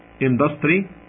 industry